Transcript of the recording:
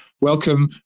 Welcome